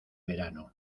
verano